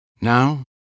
Now